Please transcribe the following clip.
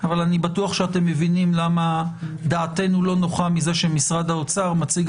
אבל אני בטוח שאתם מבינים למה דעתנו לא נוחה מזה שמשרד האוצר מציג